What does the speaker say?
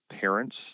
parents